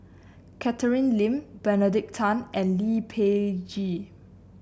Catherine Lim Benedict Tan and Lee Peh Gee